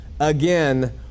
Again